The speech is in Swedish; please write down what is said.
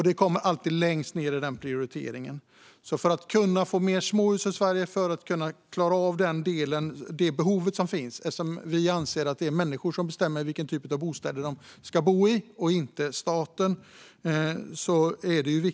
Det kommer alltid längst ned i prioriteringen. För att man ska kunna få mer småhus i Sverige är det viktigt att man överplanerar - och en planeringsbonus är oerhört viktig. Det finns behov av småhus, och vi anser att det är människor som ska bestämma vilken typ av bostäder de ska bo i och inte staten.